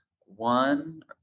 one